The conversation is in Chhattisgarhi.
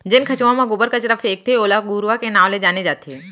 जेन खंचवा म गोबर कचरा फेकथे ओला घुरूवा के नांव ले जाने जाथे